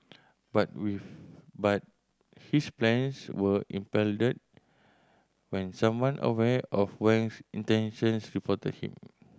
but with but his plans were impeded when someone aware of Wang intentions reported him